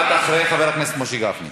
את אחרי חבר הכנסת משה גפני.